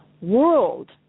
world